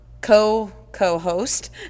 co-co-host